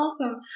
awesome